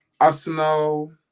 Arsenal